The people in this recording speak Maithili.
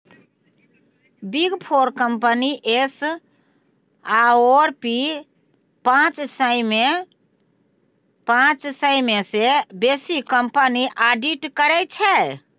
बिग फोर कंपनी एस आओर पी पाँच सय मे सँ बेसी कंपनीक आडिट करै छै